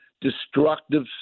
destructive